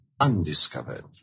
undiscovered